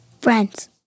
Friends